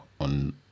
on